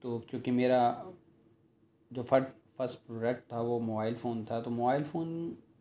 تو کیونکہ میرا جو فسٹ پروڈکٹ تھا وہ موبائل فون تھا تو موبائل فون